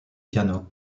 piano